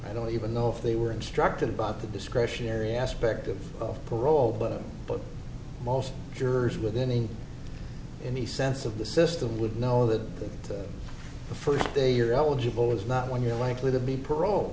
i don't even know if they were instructed by the discretionary aspect of parole but most jurors with any any sense of the system would know that the first day you're eligible is not when you're likely to be parole